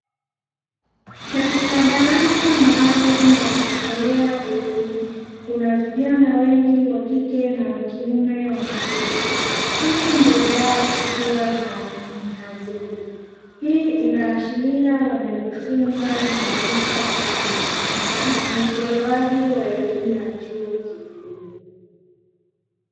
Katika darasa maalumu la kutolea elimu kuna vijana wengi wa kike na wakiume wameketi, huku mbele yao kukiwa na mhadhiri. Hii inaashiria wanajifunza maarifa fulani na ni utolewaji wa elimu ya chuo kikuu.